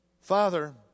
Father